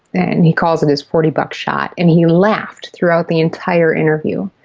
and he calls it his forty buck shot, and he laughed throughout the entire interview.